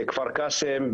בכפר קאסם,